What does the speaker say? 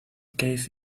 cave